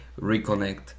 reconnect